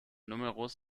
numerus